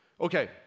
Okay